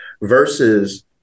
versus